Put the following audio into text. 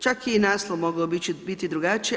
Čak je i naslov mogao biti drugačiji.